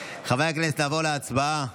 חברי הכנסת, נעבור להצבעה.